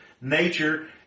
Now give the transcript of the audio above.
nature